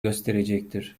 gösterecektir